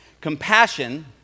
Compassion